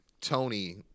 Tony